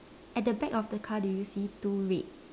at the back of the car do you see two red